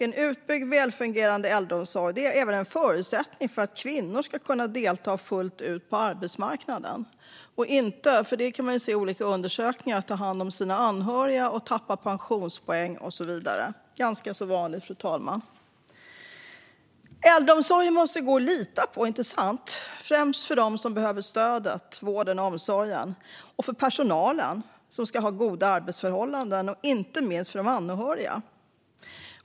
En utbyggd, välfungerande äldreomsorg är även en förutsättning för att kvinnor ska kunna delta fullt ut på arbetsmarknaden och inte behöva ta hand om sina anhöriga, tappa pensionspoäng och så vidare. Att det är ganska vanligt kan vi se i olika undersökningar, fru talman. Äldreomsorgen måste gå att lita på, inte sant? Det gäller främst för dem som behöver stödet, vården och omsorgen, för personalen som ska ha goda arbetsförhållanden och inte minst för de anhöriga.